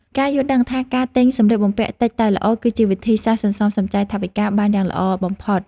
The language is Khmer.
ការយល់ដឹងថាការទិញសម្លៀកបំពាក់តិចតែល្អ គឺជាវិធីសាស្ត្រសន្សំសំចៃថវិកាបានយ៉ាងល្អបំផុត។